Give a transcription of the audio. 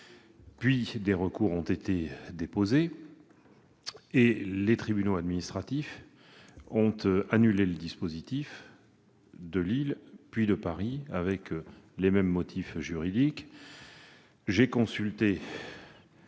faire. Des recours ont ensuite été déposés, et les tribunaux administratifs ont annulé le dispositif de Lille, puis celui de Paris, avec les mêmes motifs juridiques. J'ai consulté